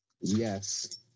Yes